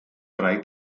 drei